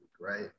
right